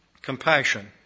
compassion